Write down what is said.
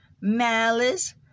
malice